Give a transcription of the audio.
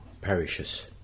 parishes